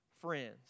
friends